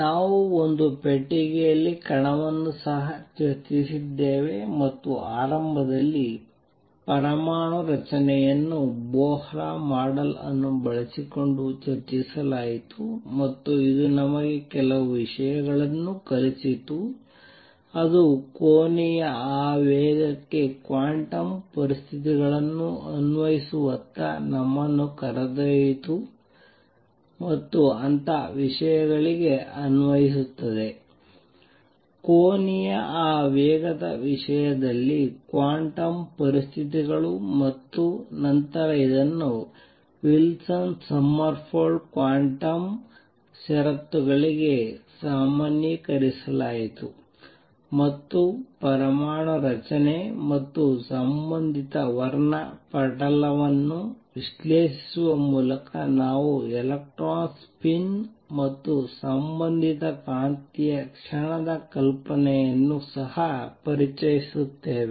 ನಾವು ಒಂದು ಪೆಟ್ಟಿಗೆಯಲ್ಲಿ ಕಣವನ್ನು ಸಹ ಚರ್ಚಿಸಿದ್ದೇವೆ ಮತ್ತು ಆರಂಭದಲ್ಲಿ ಪರಮಾಣು ರಚನೆಯನ್ನು ಬೊಹ್ರ್ ಮಾಡೆಲ್ ಅನ್ನು ಬಳಸಿಕೊಂಡು ಚರ್ಚಿಸಲಾಯಿತು ಮತ್ತು ಇದು ನಮಗೆ ಕೆಲವು ವಿಷಯಗಳನ್ನು ಕಲಿಸಿತು ಅದು ಕೋನೀಯ ಆವೇಗಕ್ಕೆ ಕ್ವಾಂಟಮ್ ಪರಿಸ್ಥಿತಿಗಳನ್ನು ಅನ್ವಯಿಸುವತ್ತ ನಮ್ಮನ್ನು ಕರೆದೊಯ್ಯಿತು ಮತ್ತು ಅಂತಹ ವಿಷಯಗಳಿಗೆ ಅನ್ವಯಿಸುತ್ತದೆ ಕೋನೀಯ ಆವೇಗದ ವಿಷಯದಲ್ಲಿ ಕ್ವಾಂಟಮ್ ಪರಿಸ್ಥಿತಿಗಳು ಮತ್ತು ನಂತರ ಇದನ್ನು ವಿಲ್ಸನ್ ಸೊಮರ್ಫೆಲ್ಡ್ ಕ್ವಾಂಟಮ್ ಷರತ್ತುಗಳಿಗೆ ಸಾಮಾನ್ಯೀಕರಿಸಲಾಯಿತು ಮತ್ತು ಪರಮಾಣು ರಚನೆ ಮತ್ತು ಸಂಬಂಧಿತ ವರ್ಣಪಟಲವನ್ನು ವಿಶ್ಲೇಷಿಸುವ ಮೂಲಕ ನಾವು ಎಲೆಕ್ಟ್ರಾನ್ ಸ್ಪಿನ್ ಮತ್ತು ಸಂಬಂಧಿತ ಕಾಂತೀಯ ಕ್ಷಣದ ಕಲ್ಪನೆಯನ್ನು ಸಹ ಪರಿಚಯಿಸುತ್ತೇವೆ